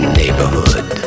neighborhood